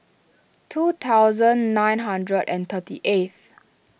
two thousand nine hundred and thirty eighth